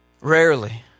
Rarely